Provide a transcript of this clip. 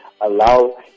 allow